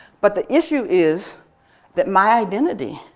but the issue is that my identity,